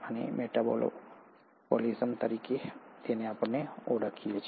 અમે મેટાબોલિઝમ તરીકે ઓળખીએ છીએ